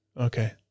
Okay